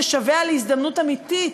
משווע להזדמנות אמיתית.